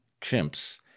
chimps